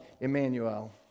Emmanuel